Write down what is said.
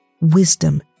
wisdom